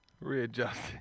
Readjusting